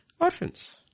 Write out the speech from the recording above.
orphans